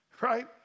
right